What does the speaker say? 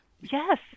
Yes